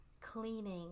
cleaning